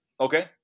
Okay